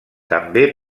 també